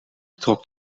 trok